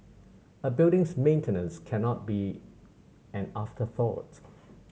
a building's maintenance cannot be an afterthought